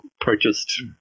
purchased